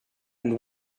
and